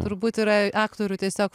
turbūt yra aktorių tiesiog